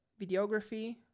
videography